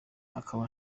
akaba